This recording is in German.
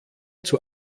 zur